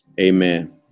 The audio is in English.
amen